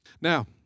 Now